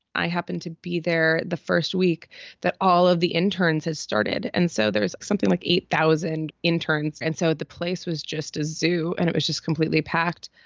i happened to be there the first week that all of the interns had started. and so there was something like eight thousand interns. and so the place was just a zoo and it was just completely packed.